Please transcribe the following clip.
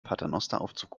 paternosteraufzug